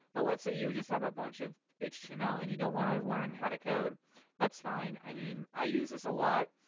but let's say you just have a bunch of html and you don't want to learn how to code that's fine i mean i use this a lot.